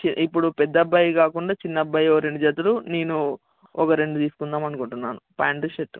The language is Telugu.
ఇప్పుడు పెద్ద అబ్బాయి కాకుండా చిన్న అబ్బాయి ఒక రెండు చేతులు నేను ఒక రెండు తీసుకుందామనుకుంటున్నాను ప్యాంటు షర్టు